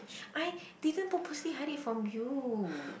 I didn't purposely hide it from you